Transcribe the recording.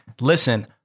listen